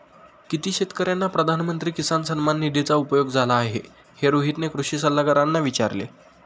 किती शेतकर्यांना प्रधानमंत्री किसान सन्मान निधीचा उपयोग झाला आहे, हे रोहितने कृषी सल्लागारांना विचारले